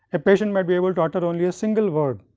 a patient might be able to utter only a single word.